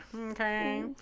Okay